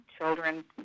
children